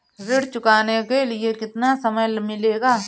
ऋण चुकाने के लिए कितना समय मिलेगा?